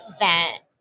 event